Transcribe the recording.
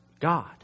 God